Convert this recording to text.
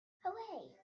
hooray